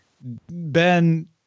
Ben